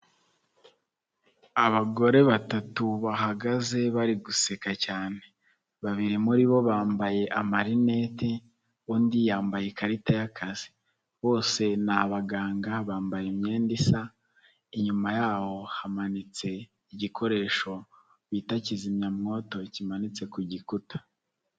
Abagore batatu bahagaze bari guseka cyane, babiri muri bo bambaye amarineti, undi yambaye ikarita y'akazi, bose ni abaganga bambaye imyenda isa, inyuma yaho hamanitse igikoresho bita kizimyamwoto kimanitse ku gikuta.